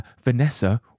vanessa